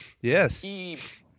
Yes